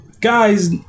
guys